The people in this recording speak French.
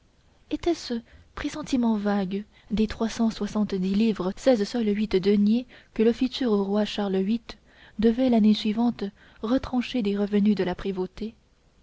était-ce pressentiment vague des trois cent soixante-dix livres seize sols huit deniers que le futur roi charles viii devait l'année suivante retrancher des revenus de la prévôté